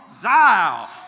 thou